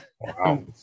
wow